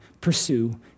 pursue